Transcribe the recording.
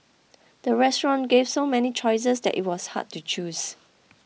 the restaurant gave so many choices that it was hard to choose